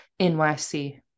NYC